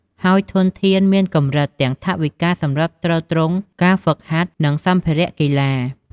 ហើយធនធានមានកម្រិត ទាំងថវិកាសម្រាប់ទ្រទ្រង់ការហ្វឹកហាត់ និងសម្ភារៈកីឡា។